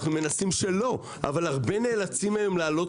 אנחנו מנסים שלא אבל הרבה נאלצים היום להעלות